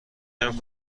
نمی